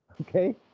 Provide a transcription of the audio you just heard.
Okay